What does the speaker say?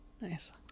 Nice